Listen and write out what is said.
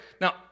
now